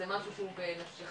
זה משהו שהוא בנפשך.